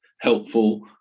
helpful